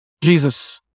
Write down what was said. Jesus